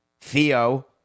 Theo